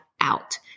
out